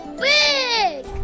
big